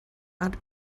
art